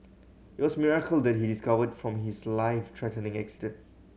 it was miracle that he is covered from his life threatening accident